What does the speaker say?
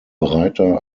breiter